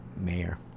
mayor